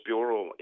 Bureau